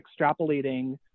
extrapolating